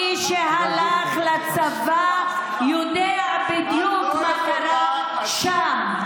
שכל מי שהלך לצבא יודע בדיוק מה קרה שם.